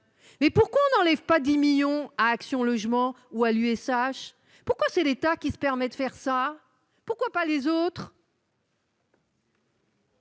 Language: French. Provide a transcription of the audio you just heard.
mais pourquoi on n'enlève pas 10 millions à Action logement ou à l'USH pour c'est l'État qui se permet de faire ça, pourquoi pas les autres.